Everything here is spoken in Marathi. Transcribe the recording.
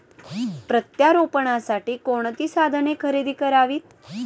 प्रत्यारोपणासाठी कोणती साधने खरेदी करावीत?